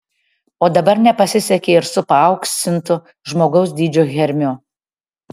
o dabar nepasisekė ir su paauksintu žmogaus dydžio hermiu